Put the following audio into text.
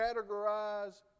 categorize